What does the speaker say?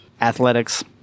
athletics